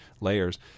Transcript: layers